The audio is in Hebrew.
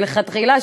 מלכתחילה,